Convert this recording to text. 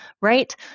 right